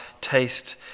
taste